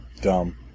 dumb